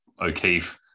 O'Keefe